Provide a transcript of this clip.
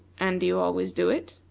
and do you always do it?